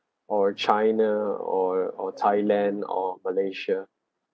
or china or or thailand or malaysia